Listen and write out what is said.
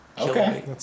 Okay